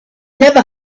never